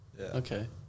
Okay